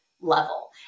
level